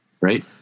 Right